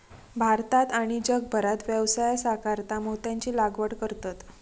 भारतात आणि जगभरात व्यवसायासाकारता मोत्यांची लागवड करतत